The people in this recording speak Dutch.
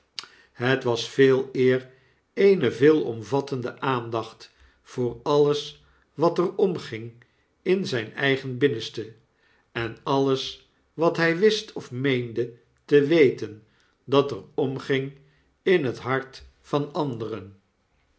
het was veeleer eene veelomvattende aandacht voor alles wat er omging in zijn eigen binnenste en alles wat hij wist of meende te weten dat er omging in het hart van anderen